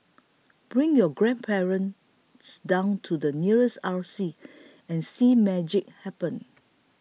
bring your grandparents down to the nearest R C and see magic happen